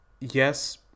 Yes